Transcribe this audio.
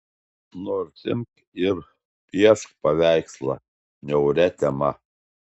nors imk ir piešk paveikslą niauria tema